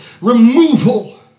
removal